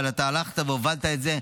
אבל אתה הלכת והובלת את זה,